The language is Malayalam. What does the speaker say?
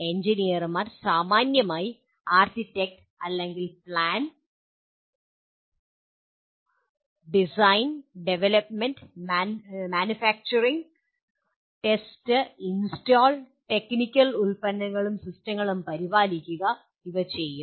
എഞ്ചിനീയർമാർ സാമാന്യമായി ആർക്കിടെക്റ്റ് അല്ലെങ്കിൽ plan design development manufacturing test install technical ഉൽപ്പന്നങ്ങളും സിസ്റ്റങ്ങളും പരിപാലിക്കുക ഇവ ചെയ്യും